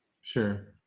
Sure